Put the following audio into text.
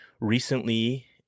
Recently